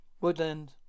Woodland